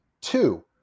Two